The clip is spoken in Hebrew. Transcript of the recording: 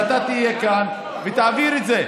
ואתה תהיה כאן ותעביר את זה.